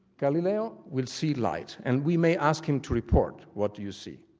galileo will see light and we may ask him to report what do you see?